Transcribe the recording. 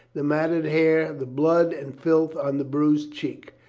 the matted hair, the blood and filth on the bruised cheek.